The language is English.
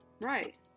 Right